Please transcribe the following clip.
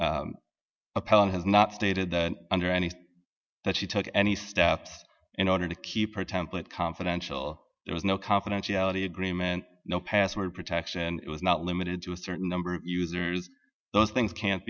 appellant has not stated under any that she took any steps in order to keep her template confidential there was no confidentiality agreement no password protection and it was not limited to a certain number of users those things can't